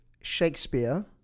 Shakespeare